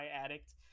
addict